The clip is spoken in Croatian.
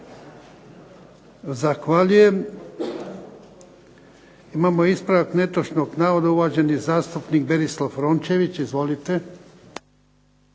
Zahvaljujem. Imamo ispravak netočnog navoda, uvaženi zastupnik Berislav Rončević, izvolite.